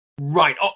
Right